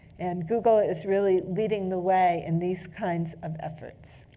and google is really leading the way in these kinds of efforts.